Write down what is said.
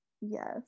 yes